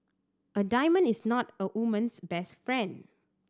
a diamond is not a woman's best friend